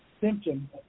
symptom